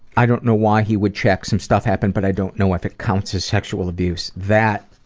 i don't know why he would check some stuff happened but i don't know if it counts as sexual abuse. that